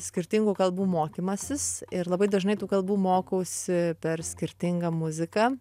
skirtingų kalbų mokymasis ir labai dažnai tų kalbų mokausi per skirtingą muziką